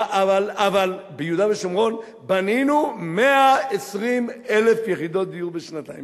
אבל ביהודה ושומרון בנינו 120,000 יחידות דיור בשנתיים.